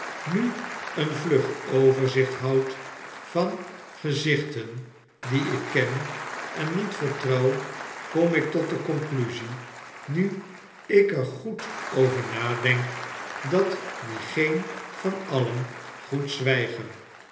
nu een vlug overzicht houd van gezichten die ik ken en niet vertrouw kom ik tot de conclusie nu ik er goed over nadenk dat die geen van alien goed zwijgen